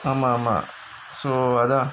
ஆமா ஆமா:aamaa aamaa so அதா:athaa